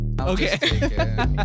Okay